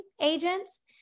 agents